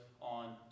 on